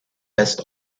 best